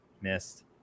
missed